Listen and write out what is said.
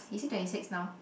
is he twenty six now